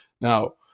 Now